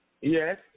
Yes